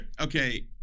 Okay